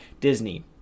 Disney